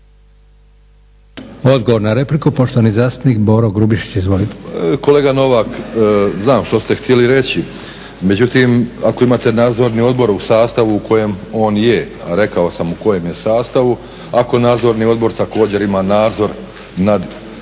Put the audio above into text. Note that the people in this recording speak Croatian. Odgovor na repliku, poštovani zastupnik Boro Grubišić. Izvolite. **Grubišić, Boro (HDSSB)** Kolega Novak znam što ste htjeli reći, međutim ako imate nadzorni odbor u sastavu u kojem on je, a rekao sam u kojem je sastavu, ako nadzorni odbor također ima nadzor nad